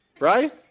Right